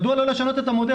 מדוע לא לשנות את המודל?